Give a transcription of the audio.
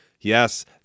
Yes